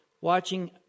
watching